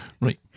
right